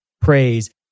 praise